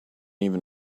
even